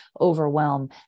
overwhelm